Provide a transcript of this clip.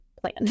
plan